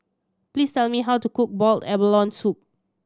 please tell me how to cook boiled abalone soup